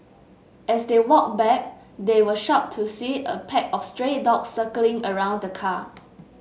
as they walked back they were shocked to see a pack of stray dogs circling around the car